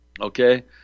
Okay